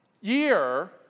year